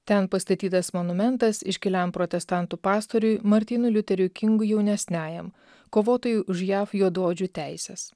ten pastatytas monumentas iškiliam protestantų pastoriui martynui liuteriui kingui jaunesniajam kovotojui už jav juodaodžių teises